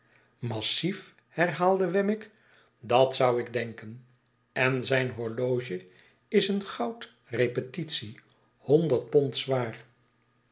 massief herhaalde wemmick dat zou ik denkenl en zijn horloge is een goud repetitie honderd pond zwaar